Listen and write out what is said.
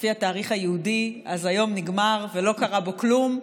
לפי התאריך היהודי היום נגמר ולא קרה בו כלום,